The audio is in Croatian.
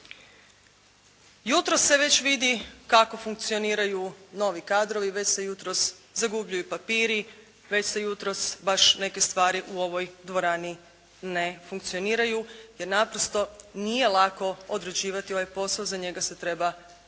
Jutros se već vidi kako funkcioniraju novi kadrovi. Već se jutros zagubljuju papiri, već se jutros baš neke stvari u ovoj dvorani ne funkcioniraju jer naprosto nije lako odrađivati ovaj posao. Za njega se treba učiti.